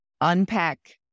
unpack